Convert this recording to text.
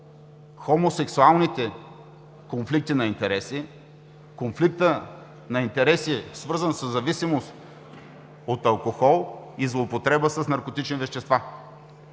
хомосексуалните конфликти на интереси, конфликтът на интереси, свързан със зависимост от алкохол и злоупотреба с наркотични вещества.